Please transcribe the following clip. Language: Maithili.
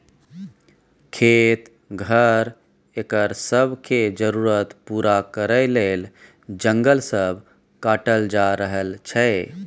खेत, घर, एकर सब के जरूरत पूरा करइ लेल जंगल सब काटल जा रहल छै